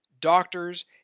doctors